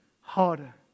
harder